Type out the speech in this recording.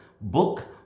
book